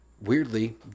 weirdly